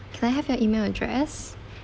can I have your email address